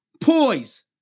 Poise